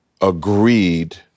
agreed